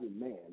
man